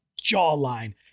jawline